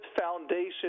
foundation